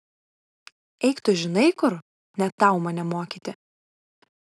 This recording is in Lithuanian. eik tu žinai kur ne tau mane mokyti